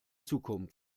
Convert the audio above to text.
zukunft